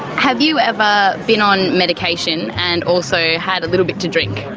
have you ever been on medication and also had a little bit to drink?